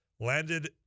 landed